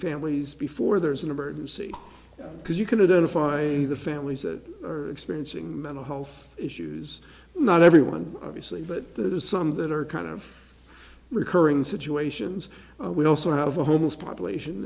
families before there is an emergency because you can identify the families that are experiencing mental health issues not everyone obviously but there's some that are kind of recurring situations we also have a homeless population